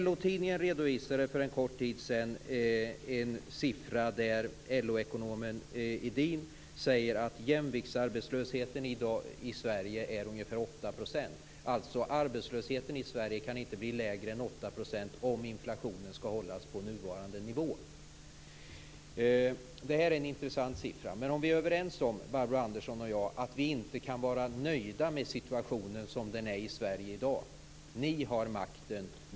LO-tidningen skrev för en kort tid sedan att LO ekonomen Edin säger att jämviktsarbetslösheten i Sverige i dag är ungefär 8 %. Arbetslösheten i Sverige kan alltså inte bli lägre än 8 % om inflationen skall hållas på nuvarande nivå. Detta är en intressant siffra. Men om Barbro Andersson Öhrn och jag är överens om att vi inte kan vara nöjda med situationen som den är i Sverige i dag, vill jag säga att det är ni som har makten.